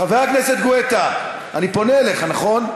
חבר הכנסת גואטה, אני פונה אליך, נכון?